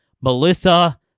Melissa